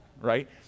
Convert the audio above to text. right